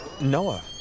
Noah